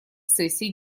сессии